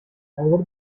over